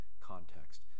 context